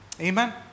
Amen